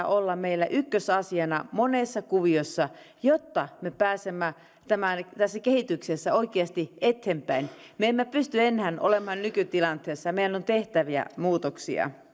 olla meillä ykkösasiana monessa kuviossa jotta me pääsemme tässä kehityksessä oikeasti eteenpäin me emme pysty enää olemaan nykytilanteessa meidän on tehtävä muutoksia